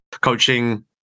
coaching